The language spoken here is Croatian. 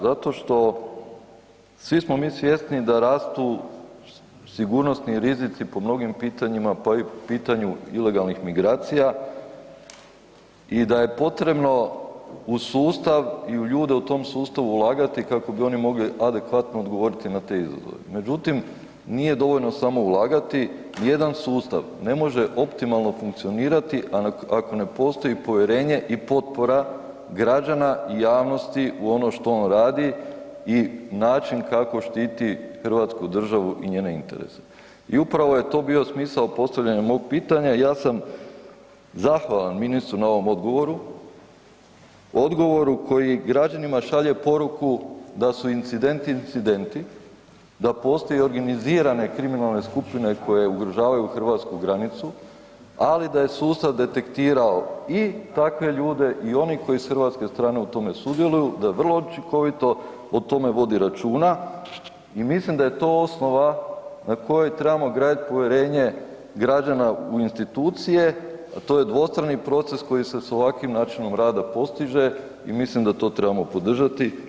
Zato što svi smo mi svjesni da rastu sigurnosni rizici po mnogima pitanjima, pa i po pitanju ilegalnih migracija i da je potrebno uz sustav i u ljude u tom sustavu ulagati kako bi oni mogli adekvatno odgovoriti na te izazove međutim nije dovoljno samo ulagati, jedan sustav ne može optimalno funkcionirati ako ne postoji povjerenje i potpora građana i javnosti u ono što ono radi i način kako štiti hrvatsku državu i njene interese i upravo je to bio smisao postavljanja mog pitanja, ja sam zahvalan ministru na ovom odgovoru, odgovoru koji građanima šalje poruku da su incidenti incidenti, da postoje organizirane kriminalne skupine koje ugrožavaju hrvatsku granicu ali da je sustav detektirao i take ljude i one koji s hrvatske strane u tom sudjeluju, da vrlo učinkovito o tome vodi računa i mislim da je to osnova na kojoj trebamo graditi povjerenje građana u institucije a to je dvostrani proces koji se sa ovakvim načinom rada postiže i mislim da to trebamo podržati.